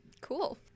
Cool